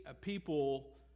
people